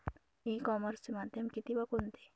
E कॉमर्सचे माध्यम किती व कोणते?